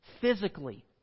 Physically